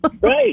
Right